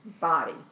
body